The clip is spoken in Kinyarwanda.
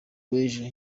wejo